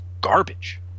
garbage